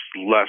less